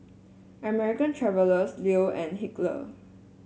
American Traveller Leo and Hilker